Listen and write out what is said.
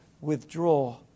withdraw